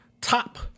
top